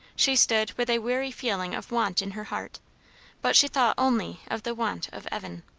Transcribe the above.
she stood with a weary feeling of want in her heart but she thought only of the want of evan.